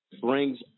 brings